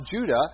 Judah